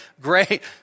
great